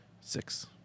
Six